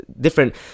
different